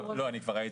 אני רק אגיד